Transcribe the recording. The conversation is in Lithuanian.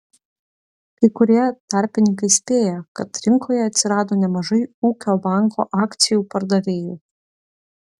kai kurie tarpininkai spėja kad rinkoje atsirado nemažai ūkio banko akcijų pardavėjų